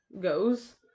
goes